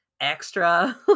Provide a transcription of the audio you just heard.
extra